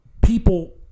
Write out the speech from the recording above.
people